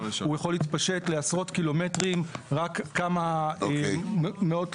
הוא יכול להתפשט לעשרות ק"מ רק כמה מאות ליטרים,